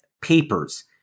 papers